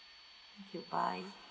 okay bye